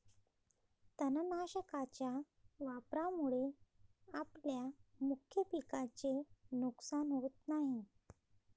तणनाशकाच्या वापरामुळे आपल्या मुख्य पिकाचे नुकसान होत नाही